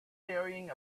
carrying